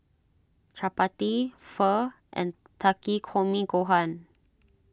Chapati Pho and Takikomi Gohan